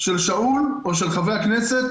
של שאול או של חברי הכנסת.